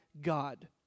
God